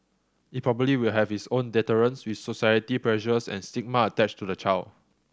it probably will have its own deterrents with societal pressures and stigma attached to the child